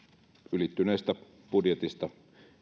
ylittyneestä budjetista